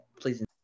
please